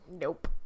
nope